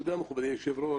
תודה, מכובדי היושב-ראש.